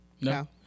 No